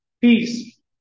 peace